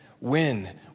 win